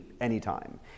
anytime